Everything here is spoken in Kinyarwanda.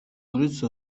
uretse